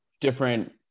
different